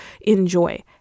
enjoy